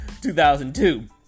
2002